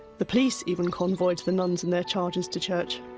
the police even convoyed the nuns and their charges to church.